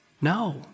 no